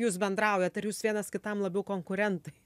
jūs bendraujat ar jūs vienas kitam labiau konkurentai